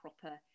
proper